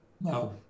no